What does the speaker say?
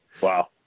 Wow